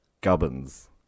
Gubbins